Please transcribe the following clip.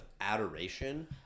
adoration